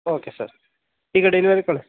okay sir ಈಗ delivery ಕಳ್ಸಿ